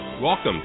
Welcome